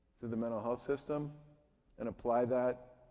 through the mental health system and apply that